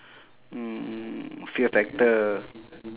mm fear factor